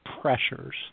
pressures